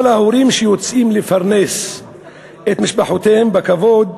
אבל ההורים שיוצאים לפרנס את משפחותיהם בכבוד,